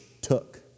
took